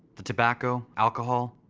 the tobacco, alcohol,